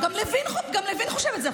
גם לוין חושב את זה.